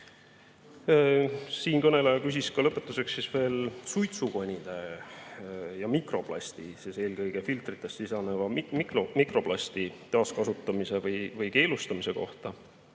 Siinkõneleja küsis lõpetuseks veel suitsukonide ja mikroplasti, eelkõige filtrites sisalduva mikroplasti taaskasutamise või keelustamise kohta.